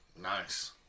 Nice